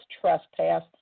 trespass